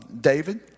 David